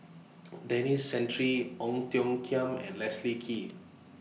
Denis Santry Ong Tiong Khiam and Leslie Kee